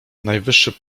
najwyższy